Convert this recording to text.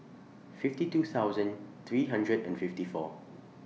fifty two thousand three hundred and fifty four